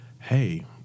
hey